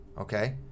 okay